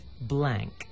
blank